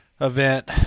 event